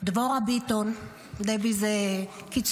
דבורה ביטון, דבי זה קיצור,